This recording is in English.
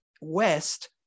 west